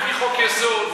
סליחה,